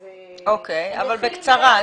אוקי, אבל בקצרה.